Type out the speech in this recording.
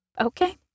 Okay